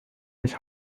his